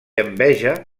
enveja